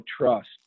trust